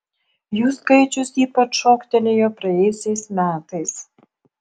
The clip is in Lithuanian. jų skaičius ypač šoktelėjo praėjusiais metais